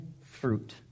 fruit